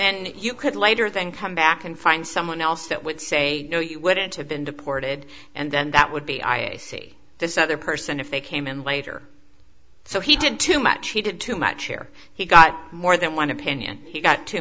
then you could later then come back and find someone else that would say no you wouldn't have been deported and then that would be i see this other person if they came in later so he did too much he did too much here he got more than one opinion he got too